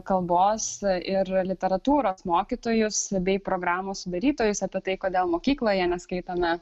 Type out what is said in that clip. kalbos ir literatūros mokytojus bei programų sudarytojus apie tai kodėl mokykloje neskaitome